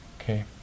Okay